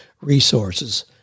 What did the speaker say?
resources